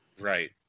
Right